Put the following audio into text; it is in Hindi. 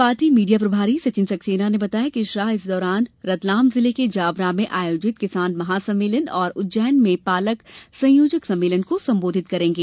पार्टी मीडिया प्रभारी सचिन सक्सेना ने बताया कि श्री शाह इस दौरान रतलाम जिले के जावरा में आयोजित किसान महासम्मेलन और उज्जैन में पालक संयोजक सम्मेलन को सम्बोधित करेंगे